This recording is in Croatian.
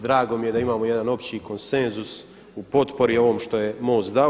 Drago mi je da imamo jedan opći konsenzus u potpori ovom što je MOST dao.